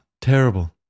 terrible